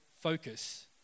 focus